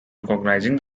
recognizing